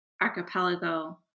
archipelago